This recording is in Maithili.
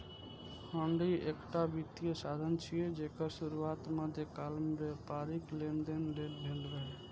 हुंडी एकटा वित्तीय साधन छियै, जेकर शुरुआत मध्यकाल मे व्यापारिक लेनदेन लेल भेल रहै